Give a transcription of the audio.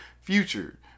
future